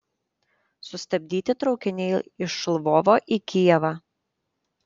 sustabdyti traukiniai iš lvovo į kijevą